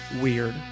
weird